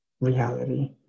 reality